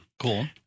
Cool